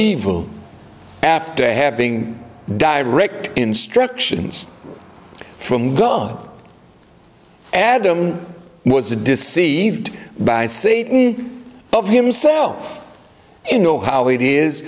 evil after having direct instructions from god adam was deceived by satan himself in know how it is